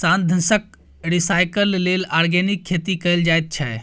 साधंशक recycle लेल organic खेती कएल जाइत छै